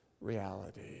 reality